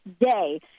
day